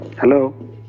hello